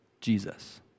Jesus